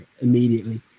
immediately